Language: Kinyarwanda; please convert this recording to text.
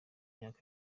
myaka